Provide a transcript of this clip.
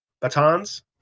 Batons